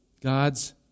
God's